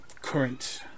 current